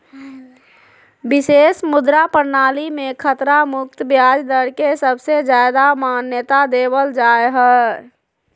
विशेष मुद्रा प्रणाली मे खतरा मुक्त ब्याज दर के सबसे ज्यादा मान्यता देवल जा हय